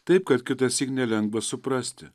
taip kad kitąsyk nelengva suprasti